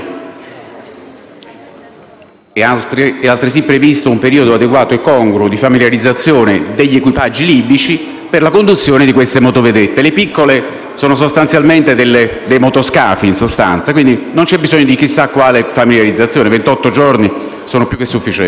È altresì previsto un periodo adeguato e congruo di familiarizzazione degli equipaggi libici per la conduzione di queste motovedette. Le piccole sono sostanzialmente dei motoscafi, quindi non c'è bisogno di una lunga fase di familiarizzazione: ventotto giorni sono più che sufficienti.